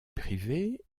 privé